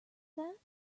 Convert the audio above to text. that